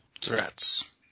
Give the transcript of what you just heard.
Threats